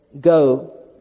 Go